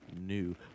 new